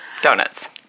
donuts